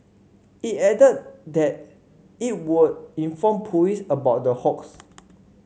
it added that it would inform police about the hoax